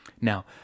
Now